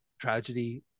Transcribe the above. tragedy